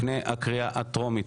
לפני הקריאה הטרומית.